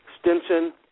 Stinson